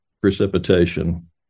precipitation